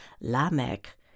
Lamech